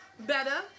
Better